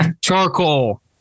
Charcoal